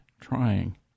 trying